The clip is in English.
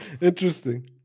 Interesting